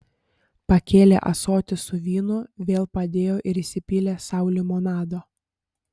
pakėlė ąsotį su vynu vėl padėjo ir įsipylė sau limonado